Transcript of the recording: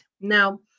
Now